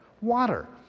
water